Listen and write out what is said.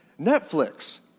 Netflix